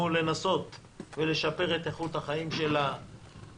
לנסות ולשפר את איכות החיים של האזרחים.